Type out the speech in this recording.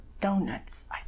donuts